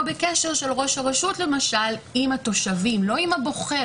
בקשר של ראש הרשות עם התושבים לא עם הבוחר,